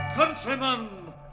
Countrymen